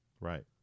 Right